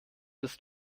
ist